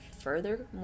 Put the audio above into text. further